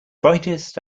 brightest